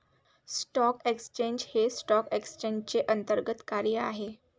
stock exchange हे stock एक्सचेंजचे अंतर्गत कार्य आहे